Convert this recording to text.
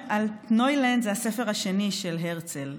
"אלטנוילנד" זה הספר השני של הרצל,